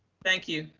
thank you.